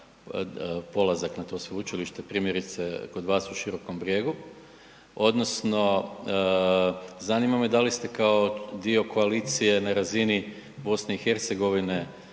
polazak na to Sveučilište primjerice, kod vas u Širokom Brijegu, odnosno zanima me da li ste kao dio koalicije na razini BiH predložili,